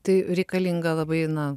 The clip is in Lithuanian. tai reikalinga labai na